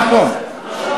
מהמקום.